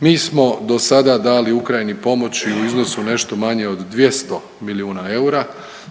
Mi smo do sada dali Ukrajini pomoć u iznosu nešto manje od 200 milijuna eura,